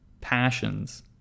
passions